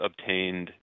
obtained